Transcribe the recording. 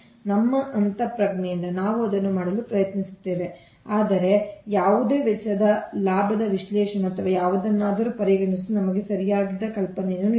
ಆದ್ದರಿಂದ ನಮ್ಮ ಅಂತಃಪ್ರಜ್ಞೆಯಿಂದ ನಾವು ಅದನ್ನು ಮಾಡಲು ಪ್ರಯತ್ನಿಸುತ್ತೇವೆ ಆದರೆ ಯಾವುದೇ ವೆಚ್ಚದ ಲಾಭದ ವಿಶ್ಲೇಷಣೆ ಅಥವಾ ಯಾವುದನ್ನಾದರೂ ಪರಿಗಣಿಸದಿರುವುದು ನಮಗೆ ಸರಿಯಾದ ಕಲ್ಪನೆಯನ್ನು ನೀಡುತ್ತದೆ